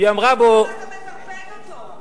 והיא אמרה בו, אז למה אתה מטרפד אותו?